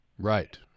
Right